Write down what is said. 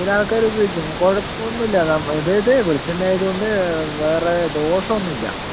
ചില ആൾക്കാർ ഉപയോഗിക്കും കുഴപ്പമൊന്നുമില്ല അതായത് വെളിച്ചെണ്ണ ആയതുകൊണ്ട് വേറെ ദോഷമൊന്നുമില്ല